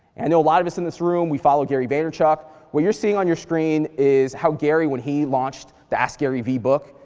i know a lot of us in this room, we follow gary vaynerchuk. what you're seeing on your screen is how gary, when he launched the ask gary v book,